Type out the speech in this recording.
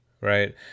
Right